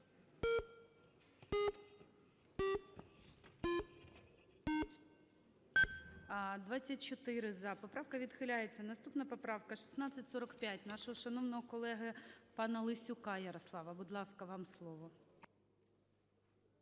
За-24 Поправка відхиляється. Наступна поправка – 1645, нашого шановного колеги панаЛесюка Ярослава. Будь ласка, вам слово.